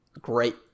great